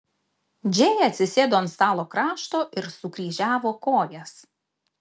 džėja atsisėdo ant stalo krašto ir sukryžiavo kojas